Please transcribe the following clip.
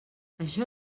això